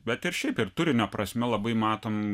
bet ir šiaip ir turinio prasme labai matom